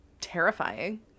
terrifying